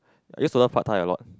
I used to love pad-thai a lot